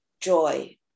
joy